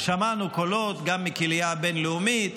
שמענו קולות גם מהקהילה הבין-לאומית